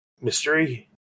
mystery